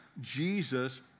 Jesus